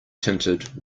tinted